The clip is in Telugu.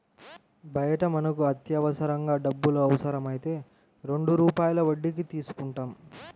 బయట మనకు అత్యవసరంగా డబ్బులు అవసరమైతే రెండు రూపాయల వడ్డీకి తీసుకుంటాం